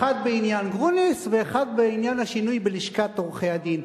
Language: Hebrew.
אחד בעניין גרוניס ואחד בעניין השינוי בלשכת עורכי-הדין.